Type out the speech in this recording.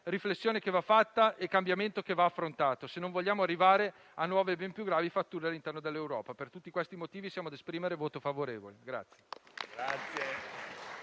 riflessione che va fatta ed è un cambiamento che va affrontato, se non vogliamo arrivare a nuove e ben più gravi fratture all'interno dell'Europa. Per tutti questi motivi esprimiamo il nostro voto favorevole.